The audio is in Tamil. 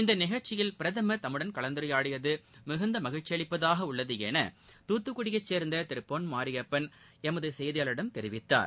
இந்த நிகழ்ச்சியில் பிரதமர் தம்முடன் கலந்துரையாடியது மிகுந்த மகிழ்ச்சி அளிப்பதாக உள்ளது என தூத்துக்குடியைச் சேர்ந்த திரு பொன் மாரியப்பன் எமது செய்தியாளரிடம் தெரிவித்தார்